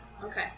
Okay